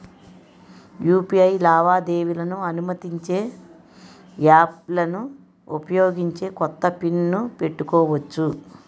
UPI లావాదేవీలను అనుమతించే యాప్లలను ఉపయోగించి కొత్త పిన్ ను పెట్టుకోవచ్చు